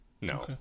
No